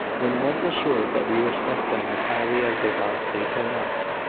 when once assured that we respect them as highly as they possibly can us.